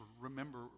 remember